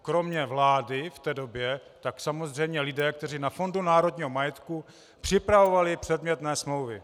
Kromě vlády v té době samozřejmě lidé, kteří na Fondu národního majetku připravovali předmětné smlouvy.